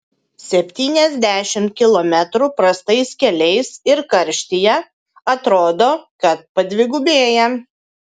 septyniasdešimt kilometrų prastais keliais ir karštyje atrodo kad padvigubėja